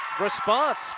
response